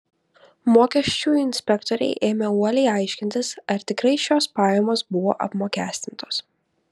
mokesčių inspektoriai ėmė uoliai aiškintis ar tikrai šios pajamos buvo apmokestintos